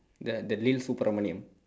the the lil' subramoneyam